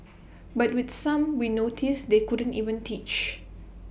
but with some we noticed they couldn't even teach